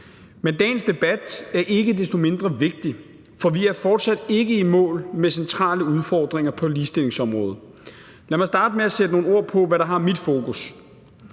Men dagens debat er ikke desto mindre vigtig, for vi er fortsat ikke i mål med centrale udfordringer på ligestillingsområdet. Lad mig starte med at sætte nogle ord på, hvad der er mit fokus.